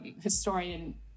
historian